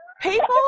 people